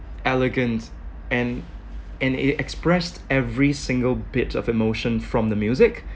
elegant and and it expressed every single bit of emotion from the music